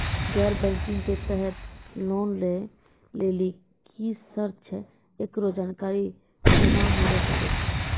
गैर बैंकिंग के तहत लोन लए लेली की सर्त छै, एकरो जानकारी केना मिले सकय छै?